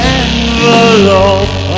envelope